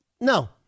No